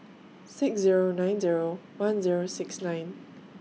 six Zero nine Zero one Zero six nine